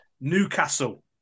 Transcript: Newcastle